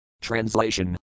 Translation